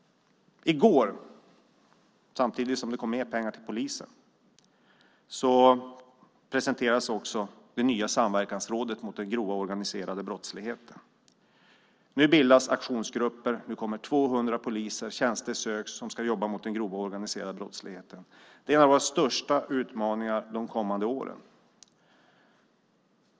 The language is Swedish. I går, samtidigt som det kom mer pengar till polisen, presenterades det nya samverkansrådet mot den grova organiserade brottsligheten. Nu bildas aktionsgrupper. Det kommer ytterligare 200 poliser. Tjänster söks av dem som ska jobba mot den grova organiserade brottsligheten. Det är en av våra största utmaningar under de kommande åren.